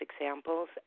examples